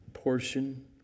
portion